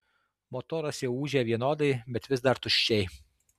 motoras jau ūžė vienodai bet vis dar tuščiai